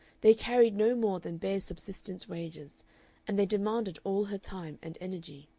they carried no more than bare subsistence wages and they demanded all her time and energy.